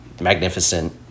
magnificent